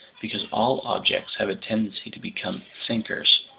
because all objects have a tendency to become sinkers.